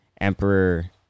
Emperor